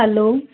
hello